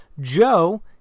Joe